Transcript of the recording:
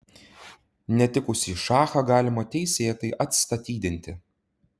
netikusį šachą galima teisėtai atstatydinti